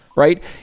Right